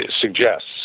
suggests